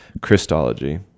Christology